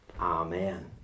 Amen